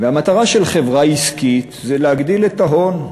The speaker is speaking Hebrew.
המטרה של חברה עסקית זה להגדיל את ההון,